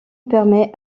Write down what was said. permet